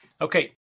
Okay